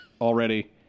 already